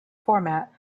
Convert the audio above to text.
format